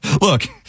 Look